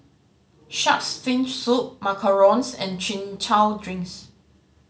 Shark's Fin Soup macarons and Chin Chow drinks